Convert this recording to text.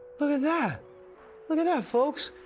look at that, look at that folks.